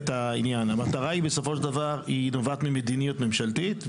המטרה נובעת ממדיניות ממשלתית,